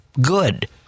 good